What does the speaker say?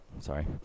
sorry